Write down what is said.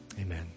Amen